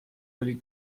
oli